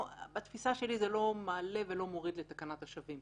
בתפיסה שלי זה לא מעלה ולא מוריד לתקנת השבים,